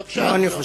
בבקשה.